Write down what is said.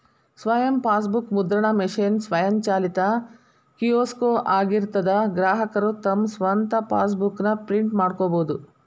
ಸ್ವಯಂ ಫಾಸ್ಬೂಕ್ ಮುದ್ರಣ ಮಷೇನ್ ಸ್ವಯಂಚಾಲಿತ ಕಿಯೋಸ್ಕೊ ಆಗಿರ್ತದಾ ಗ್ರಾಹಕರು ತಮ್ ಸ್ವಂತ್ ಫಾಸ್ಬೂಕ್ ನ ಪ್ರಿಂಟ್ ಮಾಡ್ಕೊಬೋದು